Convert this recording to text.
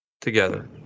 Together